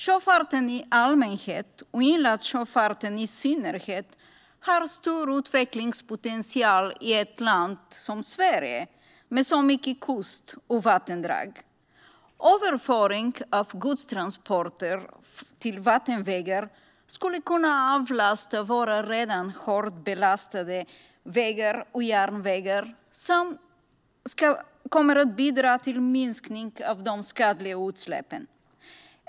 Sjöfarten i allmänhet, och inlandssjöfarten i synnerhet, har stor utvecklingspotential i ett land som Sverige med så mycket kust och många vattendrag. Överföring av godstransporter till vattenvägar skulle kunna avlasta våra redan hårt belastade vägar och järnvägar samt bidra till minskning av skadliga utsläpp.